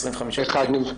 אחד מהם.